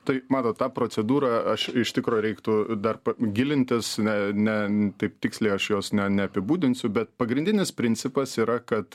tai matot tą procedūrą aš iš tikro reiktų dar gilintis ne ne taip tiksliai aš jos ne neapibūdinsiu bet pagrindinis principas yra kad